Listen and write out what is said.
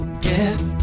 Get